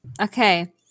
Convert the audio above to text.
Okay